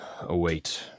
await